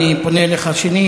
אני פונה אליך שנית,